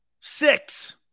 Six